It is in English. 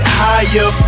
higher